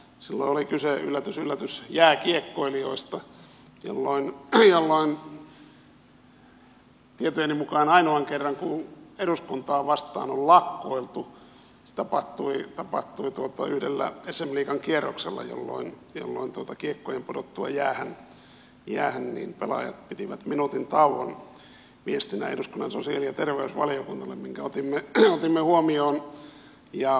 silloin oli kyse yllätys yllätys jääkiekkoilijoista jolloin tietojeni mukaan ainoan kerran kun eduskuntaa vastaan on lakkoiltu se tapahtui yhdellä sm liigan kierroksella jolloin kiekkojen pudottua jäähän pelaajat pitivät minuutin tauon viestinä eduskunnan sosiaali ja terveysvaliokunnalle minkä otimme huomioon